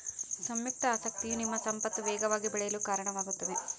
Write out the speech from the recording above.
ಸಂಯುಕ್ತ ಆಸಕ್ತಿಯು ನಿಮ್ಮ ಸಂಪತ್ತು ವೇಗವಾಗಿ ಬೆಳೆಯಲು ಕಾರಣವಾಗುತ್ತದೆ